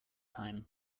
time